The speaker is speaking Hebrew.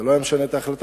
זה לא היה משנה את ההחלטה,